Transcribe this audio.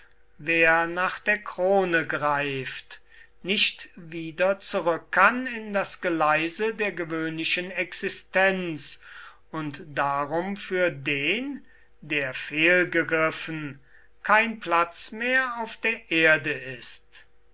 wer nach der krone greift nicht wieder zurück kann in das geleise der gewöhnlichen existenz und darum für den der fehlgegriffen kein platz mehr auf der erde ist